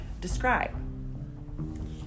describe